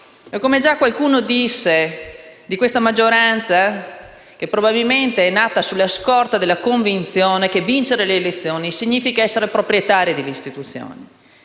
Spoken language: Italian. Come qualcuno ha detto, l'attuale maggioranza probabilmente è nata sulla scorta della convinzione che vincere le elezioni significhi essere proprietari delle istituzioni.